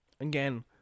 again